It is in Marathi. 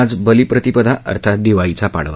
आज बलिप्रतिपदा अर्थात दिवाळीचा पाडवा